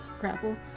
Grapple